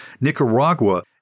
Nicaragua